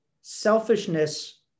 selfishness